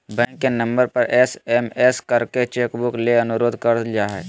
bank के number पर SMS करके चेक बुक ले अनुरोध कर जा हय